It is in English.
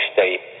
State